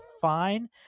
fine